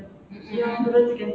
mmhmm mm